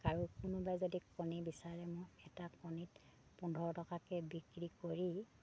আৰু কোনোবাই যদি কণী বিচাৰে মই এটা কণীত পোন্ধৰ টকাকৈ বিক্ৰী কৰি